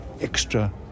extra